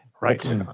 Right